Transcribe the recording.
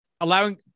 allowing